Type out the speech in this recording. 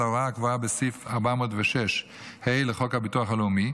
ההוראה הקבועה בסעיף 406(ה) לחוק הביטוח הלאומי,